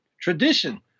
tradition